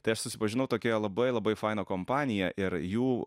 tai aš susipažinau tokia labai labai faina kompanija ir jų